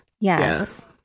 Yes